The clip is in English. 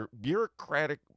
bureaucratic